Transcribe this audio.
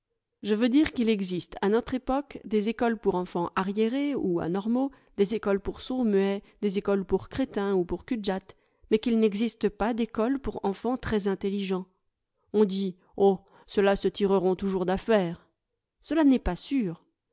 je veux dire qu'il existe à notre époque des écoles pour enfants arriérés ou anormaux des écoles pour sourds-muets des écoles pour crétins ou pour culs de jatte mais qu'il n'existe pas d'écoles pour enfants très intelligents on dit oh ceux-là se tireront toujours d'affaire cela n'est pas sûr